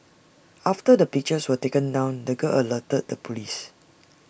after the pictures were taken down the girl alerted the Police